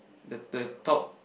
the the top